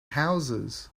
houses